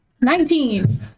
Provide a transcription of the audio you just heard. Nineteen